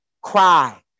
Cry